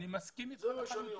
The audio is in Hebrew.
זה מה שאני אומר.